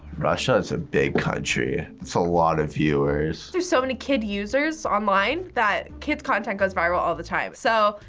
russia is a big country. that's a lot of viewers. there's so many kid users online that kids content goes viral all the time. so,